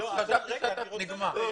שטרן, אתם אומרים לא להיכנס ואתם נכנסים.